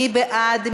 מי בעד?